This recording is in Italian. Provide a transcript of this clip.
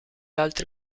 altri